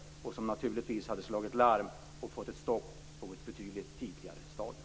Då hade man kunnat slå larm och få till stånd ett stopp på ett betydligt tidigare stadium.